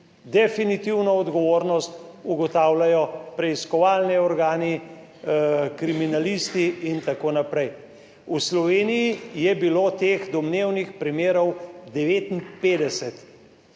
Definitivno odgovornost ugotavljajo preiskovalni organi, kriminalisti in tako naprej. V Sloveniji je bilo teh domnevnih primerov 59,